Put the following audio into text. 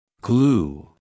Glue